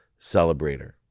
celebrator